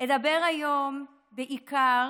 אדבר היום בעיקר